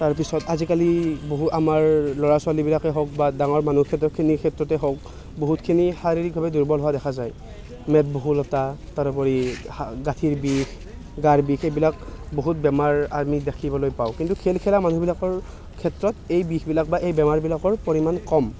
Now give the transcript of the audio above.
তাৰপিছত আজিকালি বহু আমাৰ ল'ৰা ছোৱালীবিলাকেই হওক বা ডাঙৰ মানুহখিনিৰ ক্ষেত্ৰতেই হওক বহুতখিনি শাৰীৰিকভাৱে দুৰ্বল হোৱা দেখা যায় মেদবহুলতা তাৰ উপৰি হা গাঁঠিৰ বিষ গাৰ বিষ এইবিলাক বহুত বেমাৰ আমি দেখিবলৈ পাওঁ কিন্তু খেল খেলা মানুহবিলাকৰ ক্ষেত্ৰত এই বিষবিলাক বা এই বেমাৰবিলাকৰ পৰিমাণ কম